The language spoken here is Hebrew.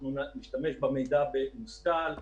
אנחנו נשתמש במידע באופן מושכל,